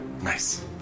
Nice